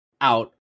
out